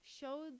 showed